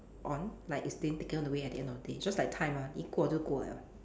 on like is being taken away at the end of the day just like time ah 已过住过 liao